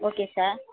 okay sir